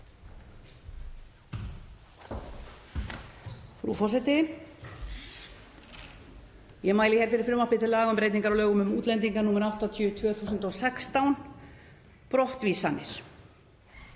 Frú forseti. Ég mæli hér fyrir frumvarpi til laga um breytingu á lögum um útlendinga, nr. 80/2016, brottvísanir.